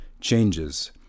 changes